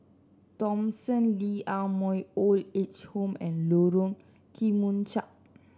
Thomson Lee Ah Mooi Old Age Home and Lorong Kemunchup